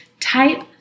Type